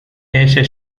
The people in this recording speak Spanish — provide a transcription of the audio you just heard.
ese